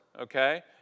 okay